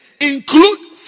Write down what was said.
include